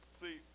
see